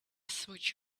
switch